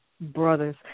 brothers